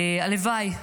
הלוואי,